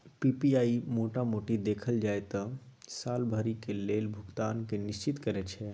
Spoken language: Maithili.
पी.पी.आई मोटा मोटी देखल जाइ त साल भरिक लेल भुगतान केँ निश्चिंत करैत छै